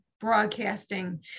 broadcasting